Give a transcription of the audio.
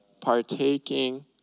partaking